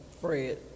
Fred